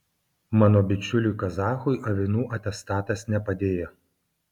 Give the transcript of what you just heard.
mano bičiuliui kazachui avinų atestatas nepadėjo